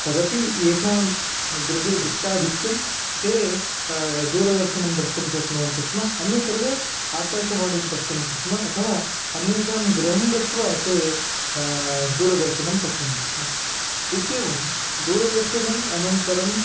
तदपि येषां गृहे वित्ताधिक्यं ते दूरदर्शनं द्रष्टुं शक्नुवन्ति स्म अन्ये सर्वे आकाशवाणीं पश्यन्ति स्म अथवा अन्येषां गृहं गत्वा ते दूरदर्शनं पश्यन्ति स्म इत्येवं दूरदर्शनम् अनन्तरं